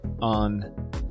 on